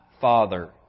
father